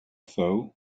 though